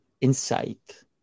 insight